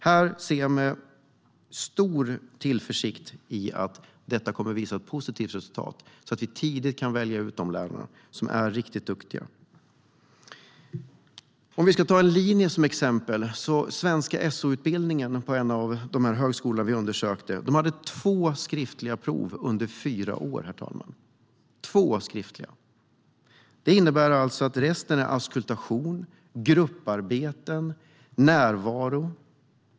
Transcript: Jag ser med stor tillförsikt på att det kommer att ge ett positivt resultat att vi tidigt kan välja ut de studenter som kan bli riktigt duktiga lärare. På utbildningen till lärare i svenska och SO på en av de högskolor vi undersökte hade de endast två skriftliga prov under fyra år. Resten var auskultation, grupparbeten och närvaro.